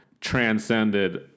transcended